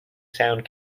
sound